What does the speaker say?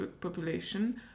population